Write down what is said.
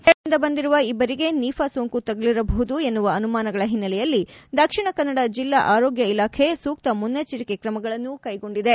ಕೇರಳದಿಂದ ಬಂದಿರುವ ಇಬ್ಬರಿಗೆ ನಿಫಾ ಸೋಂಕು ತಗುಲಿರಬಹುದು ಎನ್ನುವ ಅನುಮಾನಗಳ ಹಿನ್ನೆಲೆಯಲ್ಲಿ ದಕ್ಷಿಣ ಕನ್ನಡ ಜಿಲ್ಲಾ ಆರೋಗ್ಯ ಇಲಾಖೆ ಸೂಕ್ತ ಮುನ್ನೆಚ್ಚರಿಕೆ ತ್ರಮಗಳನ್ನು ಕೈಗೊಂಡಿದೆ